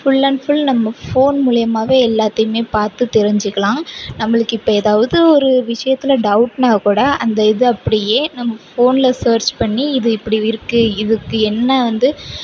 full and full நம்ம phone மூலியமாகவே எல்லாத்தயும் பார்த்து தெரிஞ்சுக்கலாம் நம்மளுக்கு இப்போ ஏதாவது ஒரு விஷயத்தில் டவுட்னா கூட அந்த இதை அப்படியே நம்ம ஃபோனில் சர்ச் பண்ணி இது இப்படி இருக்கு இதுக்கு என்ன வந்து